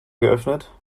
geöffnet